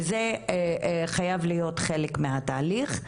וזה חייב להיות חלק מהתהליך.